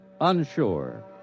unsure